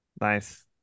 Nice